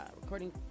recording